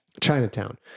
Chinatown